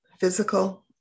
physical